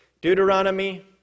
Deuteronomy